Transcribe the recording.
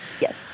Yes